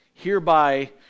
Hereby